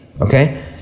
Okay